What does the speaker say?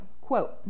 Quote